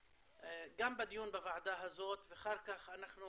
שגם בדיון בוועדה הזאת ואחר כך אנחנו